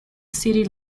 city